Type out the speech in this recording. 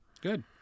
Good